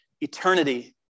eternity